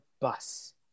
bus